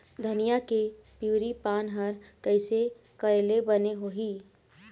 धनिया के पिवरी पान हर कइसे करेले बने होही?